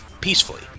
peacefully